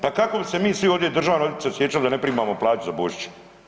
Pa kako bi se mi svi ovdje državni odvjetnici osjećali da ne primamo plaću za Božić?